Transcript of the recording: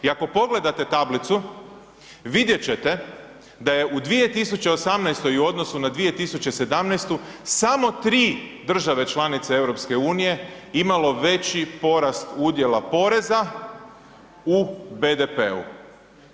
I ako pogledate tablicu, vidjeti ćete da je u 2018. i u odnosu na 2017. samo tri države članice EU imalo veći porast udjela poreza u BDP-u.